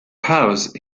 house